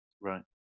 right